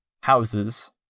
houses